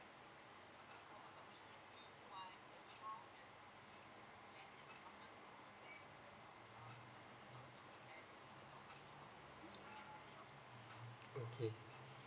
okay